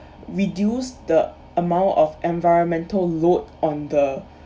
reduce the amount of environmental load on the